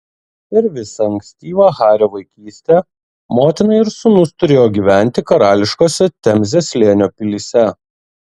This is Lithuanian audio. per visą ankstyvą hario vaikystę motina ir sūnus turėjo gyventi karališkose temzės slėnio pilyse